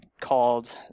called